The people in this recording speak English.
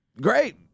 Great